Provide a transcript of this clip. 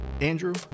Andrew